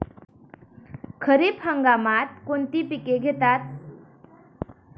खरीप हंगामात कोणती पिके घेतात?